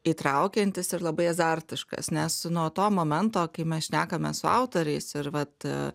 įtraukiantis ir labai azartiškas nes nuo to momento kai mes šnekame su autoriais ir vat